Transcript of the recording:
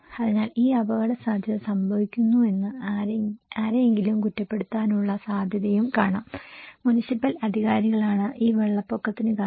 അതിനാൽ ഈ അപകടസാധ്യത സംഭവിക്കുന്നുവെന്ന് ആരെയെങ്കിലും കുറ്റപ്പെടുത്താനുള്ള സാധ്യതയും കാണാം മുനിസിപ്പൽ അധികാരികളാണ് ഈ വെള്ളപ്പൊക്കത്തിന് കാരണം